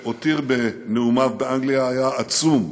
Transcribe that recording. הרושם שהותיר בנאומיו באנגליה היה עצום,